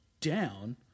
down